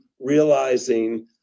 realizing